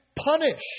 punish